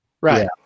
right